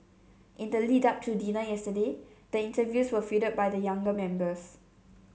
in the lead up to dinner yesterday the interviews were fielded by the younger members